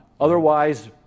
otherwise